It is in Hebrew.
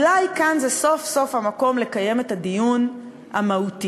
אולי כאן זה סוף-סוף המקום לקיים את הדיון המהותי.